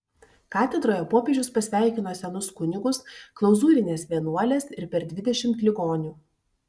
katedroje popiežius pasveikino senus kunigus klauzūrines vienuoles ir per dvidešimt ligonių